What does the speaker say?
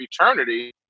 eternity